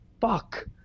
fuck